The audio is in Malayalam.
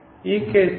ഈ കേസിൽ